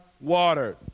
water